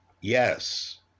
Yes